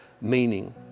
meaning